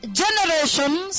generations